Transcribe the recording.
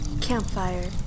Campfire